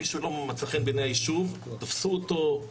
מי שלא מצא חן בעייני היישוב תפסו אותו,